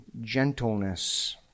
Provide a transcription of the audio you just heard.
gentleness